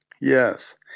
Yes